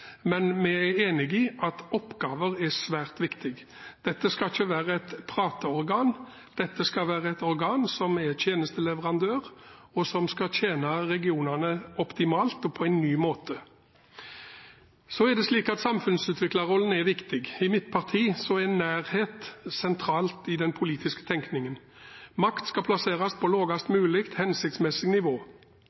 Men vi er enig i at oppgaver er svært viktig. Dette skal ikke være et prateorgan, dette skal være et organ som er tjenesteleverandør, og som skal tjene regionene optimalt og på en ny måte. Så er det slik at samfunnsutviklerrollen er viktig. I mitt parti er nærhet sentralt i den politiske tenkningen. Makt skal plasseres på lavest mulig hensiktsmessig nivå,